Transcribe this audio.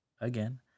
again